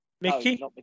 Mickey